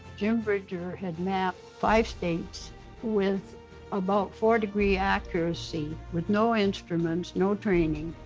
jim bridger had mapped five states with about four degrees accuracy with no instruments, no training,